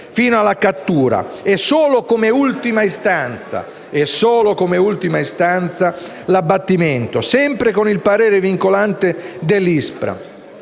fino alla cattura e, solo come ultima istanza, all’abbattimento, sempre con il parere vincolante dell’ISPRA